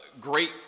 great